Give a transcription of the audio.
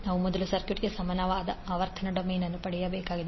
ನಾವು ಮೊದಲು ಸರ್ಕ್ಯೂಟ್ಗೆ ಸಮಾನವಾದ ಆವರ್ತನ ಡೊಮೇನ್ ಅನ್ನು ಪಡೆಯಬೇಕಾಗಿದೆ